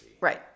Right